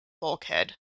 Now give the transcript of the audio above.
bulkhead